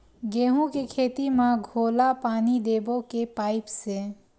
गेहूं के खेती म घोला पानी देबो के पाइप से?